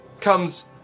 comes